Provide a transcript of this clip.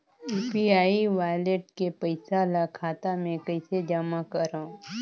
UPI wallet के पईसा ल खाता मे कइसे जमा करव?